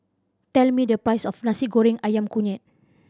tell me the price of Nasi Goreng Ayam Kunyit